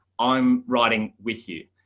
i'm writing with you,